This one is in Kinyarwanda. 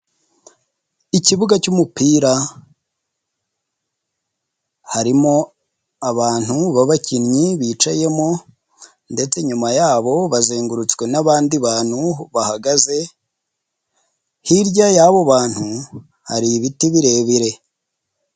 Ikibuga cy'umupira harimo abantu babakinnyi bicayemo ndetse inyuma yabo bazengurutswe n'abandi bantu bahagaze hirya y'abo bantu hari ibiti birebire.